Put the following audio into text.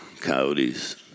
coyotes